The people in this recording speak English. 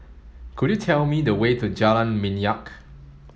could you tell me the way to Jalan Minyak